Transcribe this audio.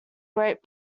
great